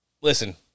listen